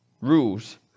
rules